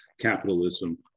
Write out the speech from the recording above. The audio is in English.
capitalism